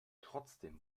trotzdem